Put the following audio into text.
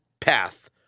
path